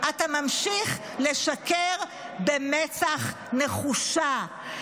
אתה ממשיך לשקר במצח נחושה.